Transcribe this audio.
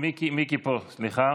מיקי פה, סליחה.